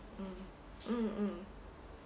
mm mm mm